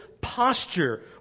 posture